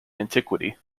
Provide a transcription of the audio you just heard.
antiquity